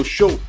Show